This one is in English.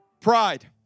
Pride